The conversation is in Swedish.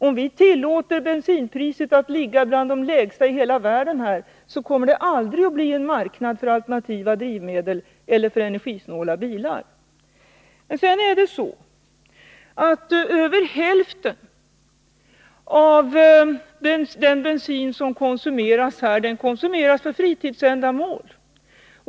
Om vi tillåter bensinpriset att vara bland de lägsta bensinpriserna i hela världen, kommer det aldrig att bli någon marknad för alternativa drivmedel här eller för energisnåla bilar. Vidare är det så att över hälften av den bensin som konsumeras här konsumeras för fritidsändamål.